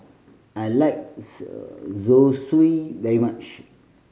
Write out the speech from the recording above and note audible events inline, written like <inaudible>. I like <unintelligible> Zosui very much